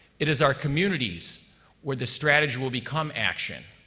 it is our communities where the strategy will become action.